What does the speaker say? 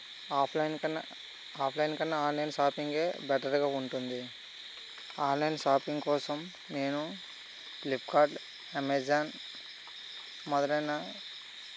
offline కన్నా offline కన్నా online షాపింగ్యే బెటర్గా ఉంటుంది ఆన్లైన్ షాపింగ్ కోసం నేను ఫ్లిప్కార్ట్ అమెజాన్ మొదలైన